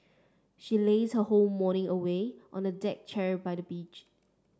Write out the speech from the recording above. she lazed her whole morning away on the deck chair by the beach